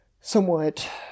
somewhat